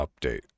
update